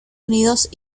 unidos